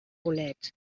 bolets